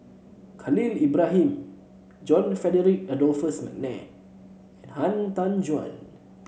Khalil Ibrahim John Frederick Adolphus McNair and Han Tan Juan